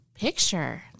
picture